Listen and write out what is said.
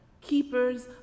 keepers